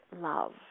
love